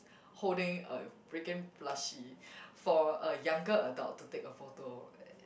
holding a freaking Plushie for a younger adult to take a photo